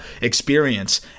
experience